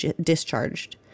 discharged